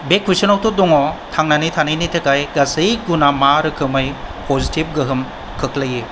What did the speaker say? बे कुइसनावथ' दङ' थांनानै थानायनि थाखाय गासै गुना मा रोखोमै पजिटिभ गोहोम खोख्लैयो